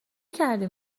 کردیم